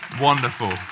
wonderful